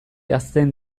hazten